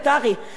למשל?